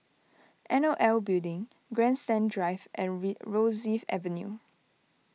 N O L Building Grandstand Drive and Rosyth Avenue